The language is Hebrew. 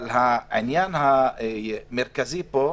אבל העניין המרכזי פה הוא